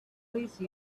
please